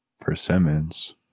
Persimmons